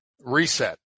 Reset